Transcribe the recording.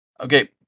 Okay